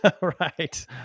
right